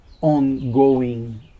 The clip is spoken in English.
ongoing